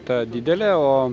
ta didelė o